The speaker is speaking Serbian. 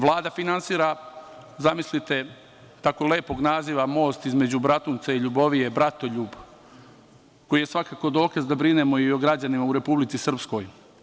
Vlada finansira, zamislite, tako lepog naziva, most između Bratunca i Ljubovije, „Bratoljub“, koji je svakako dokaz da brinemo i o građanima u Republici Srpskoj.